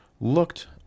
Looked